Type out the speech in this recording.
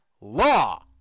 law